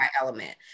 element